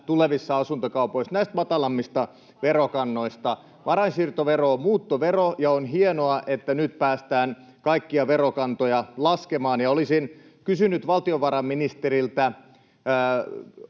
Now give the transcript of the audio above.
Huhtasaari: Paljon enemmän, paljon enemmän!] Varainsiirtovero on muuttovero, ja on hienoa, että nyt päästään kaikkia verokantoja laskemaan. Olisin kysynyt valtiovarainministeriltä: